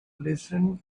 listened